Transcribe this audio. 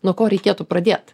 nuo ko reikėtų pradėt